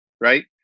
right